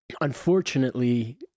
unfortunately